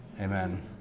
amen